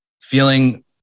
feeling